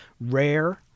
rare